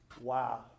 Wow